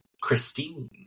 Christine